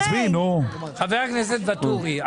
חבר הכנסת ואטורי,